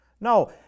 No